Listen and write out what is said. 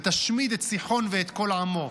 ותשמיד את סיחון ואת כל עמו.